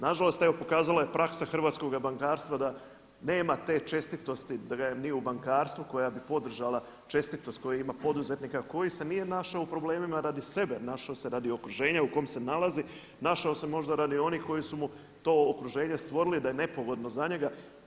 Nažalost evo pokazala je praksa hrvatskoga bankarstva da nema te čestitosti da ga je ni u bankarstvu koja bi podržala čestitost poduzetnika koji se nije našao u problemima radi sebe, našao se radi okruženja u kom se nalazi, našao se možda radi onih koji su mu to okruženje stvorili da je nepogodno za njega.